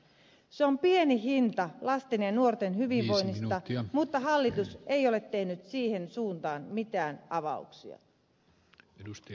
se on pieni hinta lasten ja nuorten hyvinvoinnista mutta hallitus ei ole tehnyt siihen suuntaan mitään avauksia